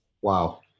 wow